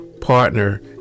partner